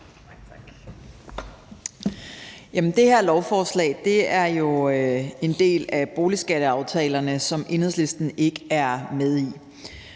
Det her lovforslag er jo en del af boligskatteaftalerne, som Enhedslisten ikke er med i.